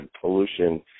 pollution